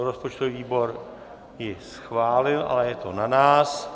Rozpočtový výbor ji schválil, ale je to na nás.